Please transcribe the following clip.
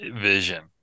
vision